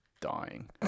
dying